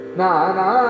nana